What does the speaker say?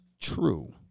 true